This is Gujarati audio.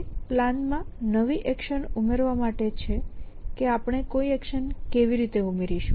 તે પ્લાનમાં નવી એક્શન ઉમેરવા માટે છે કે આપણે કોઈ એક્શન કેવી રીતે ઉમેરીશું